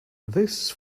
this